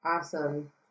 Awesome